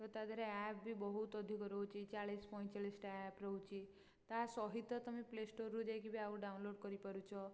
ତ ତାଧିଏରେ ଆପ୍ ବି ବହୁତ ଅଧିକ ରହୁଛି ଚାଳିଶ ପଇଁଚାଳିଶଟା ଆପ୍ ରହୁଛି ତା ସହିତ ତୁମେ ପ୍ଲେଷ୍ଟୋରରୁ ଯାଇକି ବି ଆଉ ଡାଉନଲୋଡ଼୍ କରି ପାରୁଛ